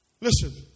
Listen